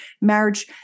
marriage